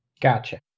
Gotcha